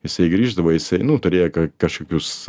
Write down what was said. jisai grįždavo jisai nu turėjo ka kažkokius